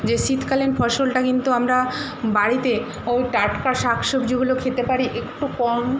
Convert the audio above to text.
যে শীতকালীন ফসলটা কিন্তু আমরা বাড়িতে ও টাটকা শাক সবজিগুলো খেতে পারি একটু কম